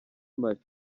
mali